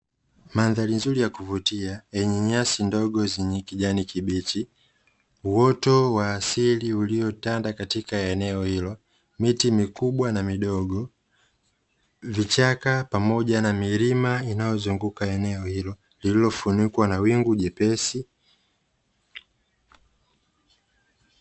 Mandhari nzuri ya kuvutia yenye nyasi ndogo zenye kijani kibichi, uoto wa asili uliotanda katika eneo hilo, miti mikubwa na midogo, vichaka pamoja na milima inayozunguka eneo hilo lililofunikwa na wingu jepesi.